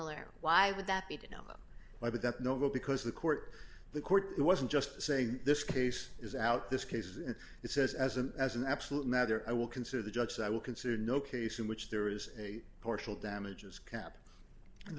similar why would that be denied but that no because the court the court wasn't just saying this case is out this case and it says as a as an absolute matter i will consider the judge that will consider no case in which there is a partial damages cap and